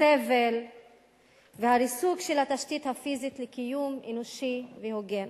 הסבל והריסוק של התשתית הפיזית לקיום אנושי והוגן.